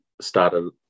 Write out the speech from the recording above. started